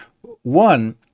One